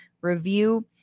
review